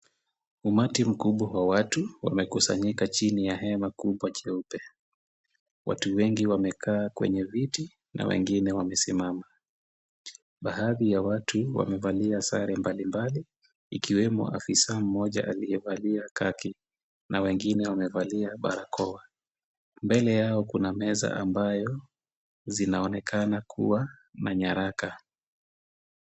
Umati mkubwa wa watu wamekusanyika chini ya hema kubwa jeupe. Watu wengi wamekaa kwenye viti na wengine wamesimama. Baadhi ya watu wamevalia sare mbalimbali ikiwemo afisa mmoja aliyevalia kaki[cs)] na wengine wamevalia barakoa. Mbele yao kuna meza ambayo zinaonekana kuwa na nyaraka.